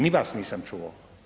Ni vas nisam čuo.